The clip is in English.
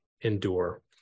endure